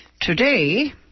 Today